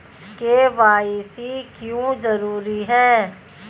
KYC क्यों जरूरी है?